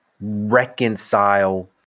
reconcile